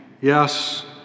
yes